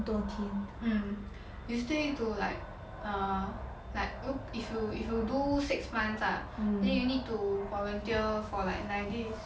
mm you still need to like err like 如 if you if you do six months lah then you need to volunteer for like nine days